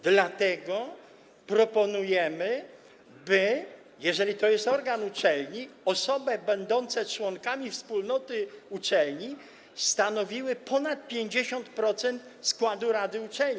Dlatego proponujemy, by - jeżeli to jest organ uczelni - osoby będące członkami wspólnoty uczelni stanowiły ponad 50% składu rady uczelni.